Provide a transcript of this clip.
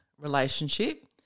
relationship